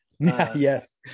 Yes